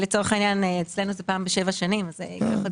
לצורך העניין, אצלנו זה פעם בשבע שנים אבל...